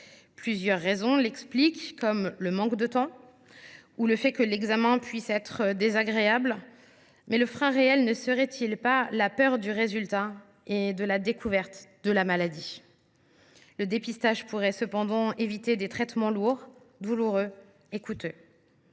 Plusieurs raisons l’expliquent, comme le manque de temps ou le caractère désagréable de l’examen. Mais le frein réel ne serait il pas la peur du résultat et de la découverte de la maladie ? Le dépistage pourrait pourtant éviter des traitements lourds, douloureux et coûteux.